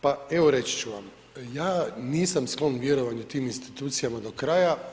Pa evo reći ću vam, ja nisam sklon vjerovanju tim institucijama do kraja.